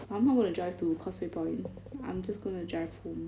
I'm not gonna drive to causeway point I'm just gonna drive home